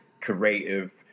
creative